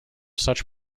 such